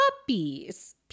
puppies